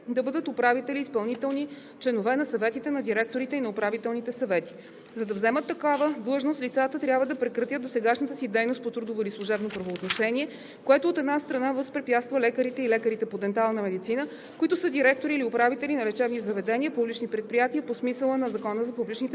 да бъдат управители и изпълнителни членове на съветите на директорите и на управителните съвети. За да заемат такава длъжност, лицата трябва да прекратят досегашната си дейност по трудово или служебно правоотношение, което, от една страна, възпрепятства лекарите и лекарите по дентална медицина, които са директори или управители на лечебни заведения – публични предприятия по смисъла на Закона за публичните